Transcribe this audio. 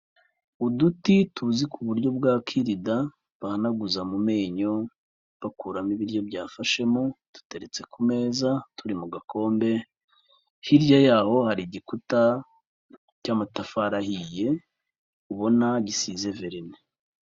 Uduti tuzi kuburyo bwa kirida bahanaguza mumenyo bakuramo ibiryo byafashemo, duteretse kumeza turi mugakombe hirya yaho hari igikuta cy'amatafari ahiye ubona gisize verine.